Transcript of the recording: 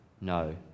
no